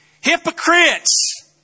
Hypocrites